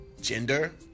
gender